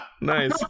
Nice